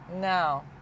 No